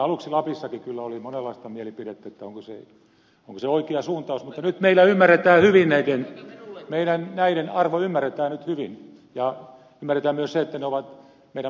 aluksi lapsissakin kyllä oli monenlaista mielipidettä että onko se oikea suuntaus mutta nyt meillä näiden arvo ymmärretään hyvin ja merita myi sitten ovat niiden